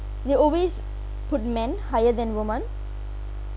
they always put men higher than women